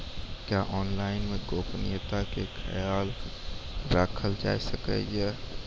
क्या ऑनलाइन मे गोपनियता के खयाल राखल जाय सकै ये?